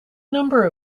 number